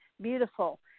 beautiful